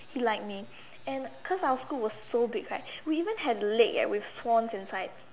he liked me and cause our school was so big right we even had lake leh with swans inside